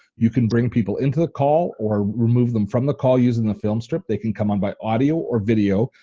you can bring people into the call or remove them from the call using the film strip, they can come on by audio or video.